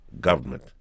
government